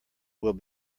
will